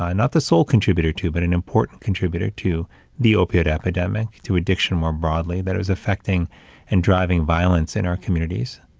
not the sole contributor to, but an important contributor to the opioid epidemic, to addiction more broadly, that it was affecting and driving violence in our communities,